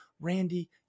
Randy